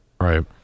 Right